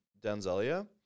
Denzelia